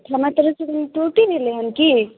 हमरा तरफसँ कोनो त्रुटि भेलै हेँ की